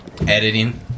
Editing